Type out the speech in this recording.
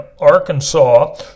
Arkansas